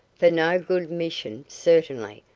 for no good mission, certainly,